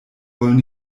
wollen